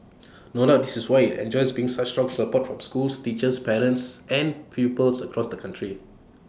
no doubt this is why IT enjoys been such strong support from schools teachers parents and pupils across the country